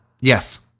Yes